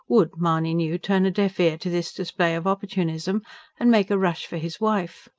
would, mahony knew, turn a deaf ear to this display of opportunism and make a rush for his wife.